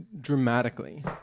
Dramatically